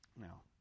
Now